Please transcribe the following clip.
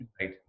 right